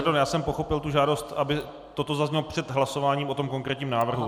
Pardon, já jsem pochopil tu žádost, aby toto zaznělo před hlasováním o tom konkrétním návrhu.